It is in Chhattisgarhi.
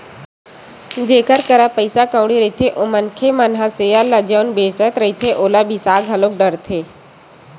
जेखर करा पइसा कउड़ी रहिथे ओ मनखे मन ह सेयर ल जउन बेंचत रहिथे ओला बिसा घलो डरथे